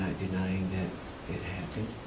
denying that it happened,